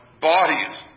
bodies